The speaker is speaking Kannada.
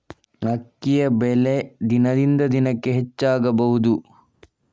ಅಕ್ಕಿಯ ಬೆಲೆ ದಿನದಿಂದ ದಿನಕೆ ಹೆಚ್ಚು ಆಗಬಹುದು?